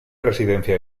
residencia